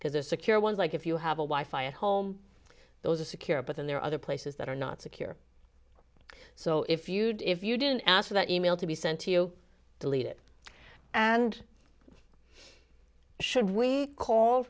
because a secure ones like if you have a wife i home those are secure but then there are other places that are not secure so if you'd if you didn't ask for that e mail to be sent to you delete it and should we call